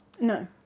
No